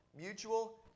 Mutual